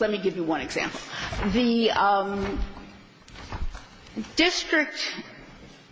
let me give you one example the district